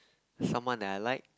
someone that I like